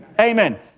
Amen